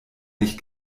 nicht